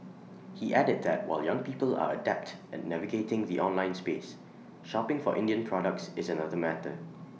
he added that while young people are adept at navigating the online space shopping for Indian products is another matter